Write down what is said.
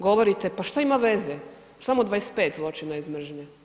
Govorite pa što ima veze, samo 25 zločina iz mržnje.